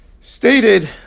stated